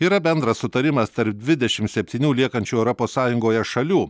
yra bendras sutarimas tarp dvidešimt septynių liekančių europos sąjungoje šalių